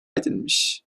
edilmiş